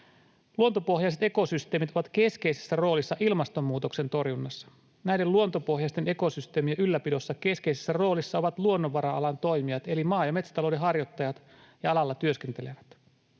luontopohjaiset ekosysteemit ovat keskeisessä roolissa ilmastonmuutoksen torjunnassa. Näiden luontopohjaisten ekosysteemien ylläpidossa keskeisessä roolissa ovat luonnonvara-alan toimijat eli maa- ja metsätalouden harjoittajat ja alalla työskentelevät.